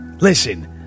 Listen